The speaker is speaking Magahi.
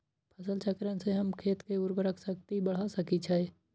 फसल चक्रण से हम खेत के उर्वरक शक्ति बढ़ा सकैछि?